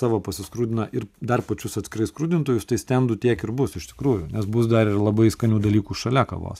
savo pasiskrudina ir dar pačius atskirai skrudintojus tai stendų tiek ir bus iš tikrųjų nes bus dar ir labai skanių dalykų šalia kavos